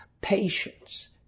patience